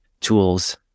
tools